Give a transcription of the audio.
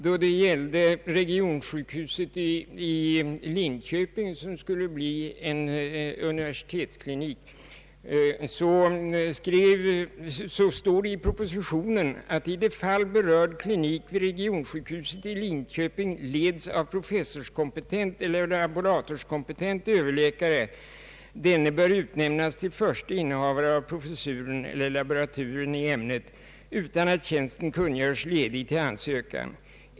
Då regionssjukhuset i Linköping skulle bli universitetsklinik stod det i propositionen nr 63 laboraturen i ämnet utan att tjänsten kungöres ledig till ansökan.